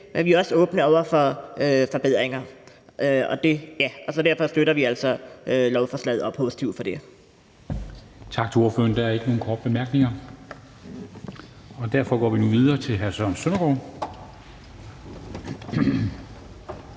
men vi er også åbne over for forbedringer. Så derfor støtter vi altså lovforslaget og er positive over for det.